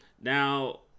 now